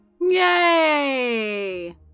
Yay